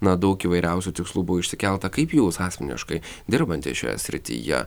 na daug įvairiausių tikslų buvo išsikelta kaip jūs asmeniškai dirbanti šioje srityje